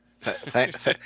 Thanks